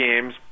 games